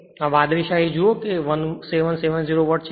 આ વાદળી શાહી જુઓ કે 1770 વોટ છે